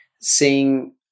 seeing